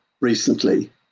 recently